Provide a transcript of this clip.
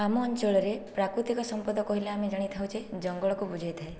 ଆମ ଅଞ୍ଚଳରେ ପ୍ରାକୃତିକ ସମ୍ପଦ କହିଲେ ଆମେ ଜାଣିଥାଉ ଯେ ଜଙ୍ଗଲକୁ ବୁଝାଇଥାଏ